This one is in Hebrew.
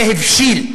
זה הבשיל.